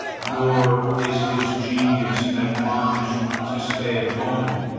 nor is his genius admonished to stay at home,